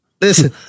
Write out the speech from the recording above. Listen